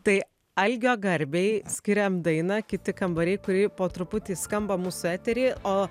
tai algio garbei skiriam dainą kiti kambariai kurie po truputį skamba mūsų etery o